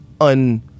un